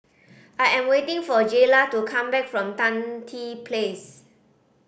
I am waiting for Jaylah to come back from Tan Tye Place